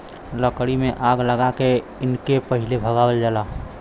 लकड़ी में आग लगा के इनके पहिले भगावल जाला